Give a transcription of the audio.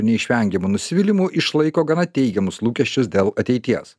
neišvengiamų nusivylimų išlaiko gana teigiamus lūkesčius dėl ateities